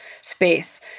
space